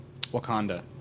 Wakanda